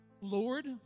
Lord